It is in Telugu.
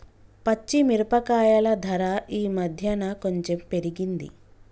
పచ్చి మిరపకాయల ధర ఈ మధ్యన కొంచెం పెరిగింది